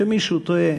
כשמישהו טועה,